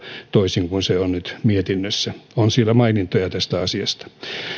toisin kuin se on nyt mietinnössä on siellä mainintoja tästä asiasta